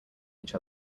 each